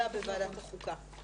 אלא בוועדת חוקה.